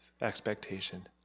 expectation